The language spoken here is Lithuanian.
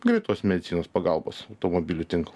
greitosios medicinos pagalbos automobilių tinklą